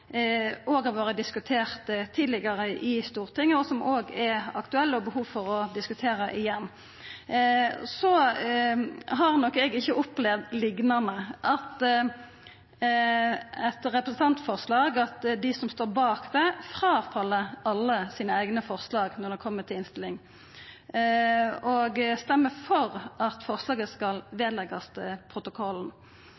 som har vore diskuterte tidlegare i Stortinget, men som òg er aktuelle no, og som det er behov for å diskutera igjen. Eg har nok ikkje opplevd liknande, at dei som står bak eit representantforslag, fell frå alle sine eigne forslag når det kjem til innstilling, og stemmer for at forslaget skal